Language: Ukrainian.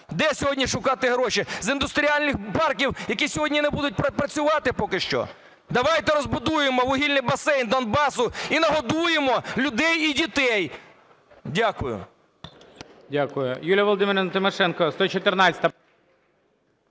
де сьогодні шукати гроші? З індустріальних парків, які сьогодні не будуть працювати поки що? Давайте розбудуємо вугільний басейн Донбасу і нагодуємо людей і дітей. Дякую.